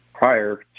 Prior